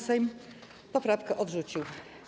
Sejm poprawkę odrzucił.